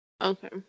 Okay